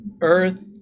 earth